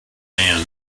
man